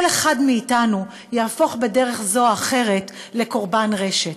אחד מאתנו יהפוך בדרך זו או אחרת לקורבן רשת,